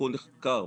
הכל נחקר.